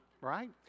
right